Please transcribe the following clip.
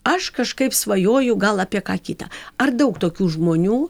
aš kažkaip svajoju gal apie ką kitą ar daug tokių žmonių